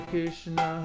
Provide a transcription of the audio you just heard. Krishna